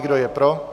Kdo je pro?